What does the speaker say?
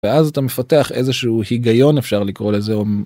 ואז אתה מפתח איזה שהוא היגיון אפשר לקרוא לזה.